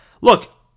Look